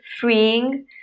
freeing